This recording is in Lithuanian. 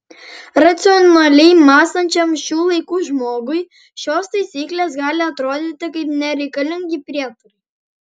racionaliai mąstančiam šių laikų žmogui šios taisyklės gali atrodyti kaip nereikalingi prietarai